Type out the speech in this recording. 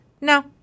no